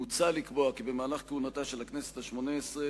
מוצע לקבוע כי במהלך כהונתה של הכנסת השמונה-עשרה